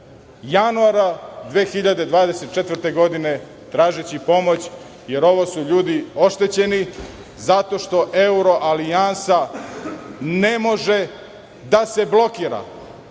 januara 2024. godine, tražeći pomoć, jer ovo su ljudi oštećeni zato što Euroalijansa ne može da se